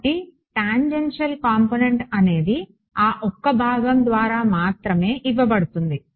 కాబట్టి tangential component అనేది ఆ ఒక్క భాగం ద్వారా మాత్రమే ఇవ్వబడుతుంది